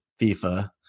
FIFA